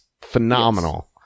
phenomenal